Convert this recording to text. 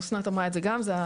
אסנת אמרה את זה גם,